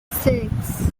six